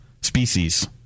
Species